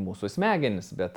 mūsų smegenys bet